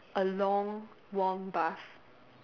a long warm bath